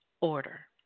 order